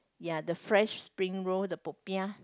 ya the fresh spring roll the popiah